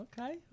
Okay